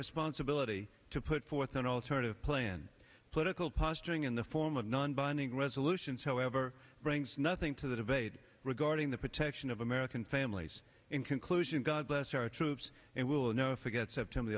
responsibility to put forth an alternative plan political posturing in the form of non binding resolutions however brings nothing to that evade regarding the protection of american families in conclusion god bless our troops and will never forget september